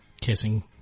kissing